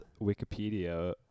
Wikipedia